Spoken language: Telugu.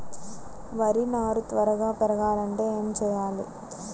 వరి నారు త్వరగా పెరగాలంటే ఏమి చెయ్యాలి?